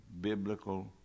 biblical